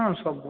ହଁ ସବୁଅଛି